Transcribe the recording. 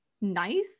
nice